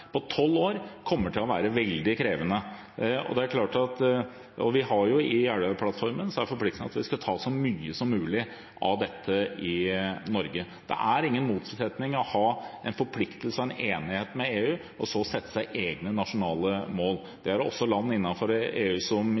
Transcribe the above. på tolv år kommer til å være veldig krevende. I Jeløya-plattformen er forpliktelsene at vi skal ta så mye som mulig av dette i Norge. Det er ingen motsetning mellom å ha en forpliktelse og en enighet med EU og så sette seg egne nasjonale mål. Det er det også land innenfor EU som